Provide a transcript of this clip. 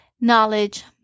Knowledge